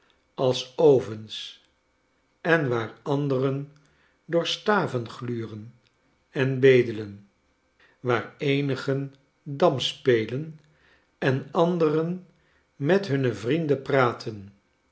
als ovens en waar anderen door staven gluren en bedelen waar eenigen dam spelen en anderen met hunne vrienden praten